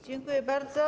Dziękuję bardzo.